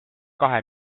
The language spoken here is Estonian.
kahe